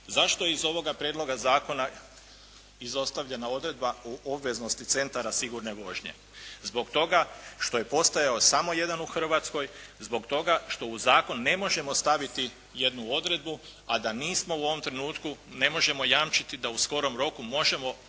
Zašto je iz ovoga prijedloga zakona izostavljena odredba o obveznosti centara sigurne vožnje? Zbog toga što je postojao samo jedan u Hrvatskoj, zbog toga što u zakon ne možemo staviti jednu odredbu a da nismo u ovom trenutku, ne možemo jamčiti da u skorom roku možemo učiniti